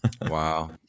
Wow